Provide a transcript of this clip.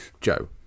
Joe